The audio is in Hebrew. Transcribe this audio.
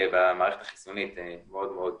והמערכת החיסונית מאוד מאוד מורכבת,